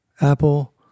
Apple